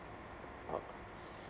oh